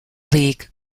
league